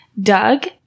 Doug